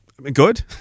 good